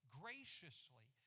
graciously